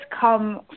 come